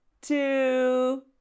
two